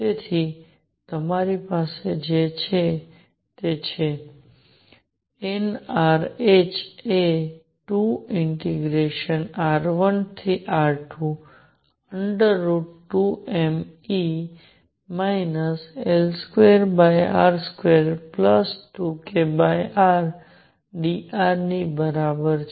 તેથી મારી પાસે જે છે તે છે nrh એ 2r1r2√2mE L2r22krdr ની બરાબર છે